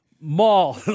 mall